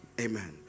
Amen